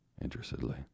interestedly